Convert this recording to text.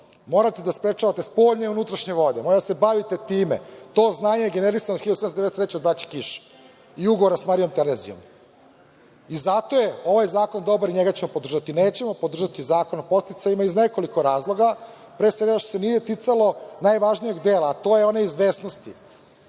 Morate da sprečavate spoljni i unutrašnje vode. Morate da se bavite time. To znanje je generisano od 1793. godine od braće Kiš i ugovora sa Marijom Terezijom. Zato je ovaj zakon dobar i njega ćemo podržati. Nećemo podržati Zakon o podsticajima iz nekoliko razloga, pre svega što se nije ticalo najvažnijeg dela, a to je onaj o izvesnosti.